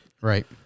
Right